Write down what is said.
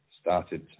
started